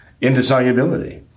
indissolubility